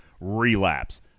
relapse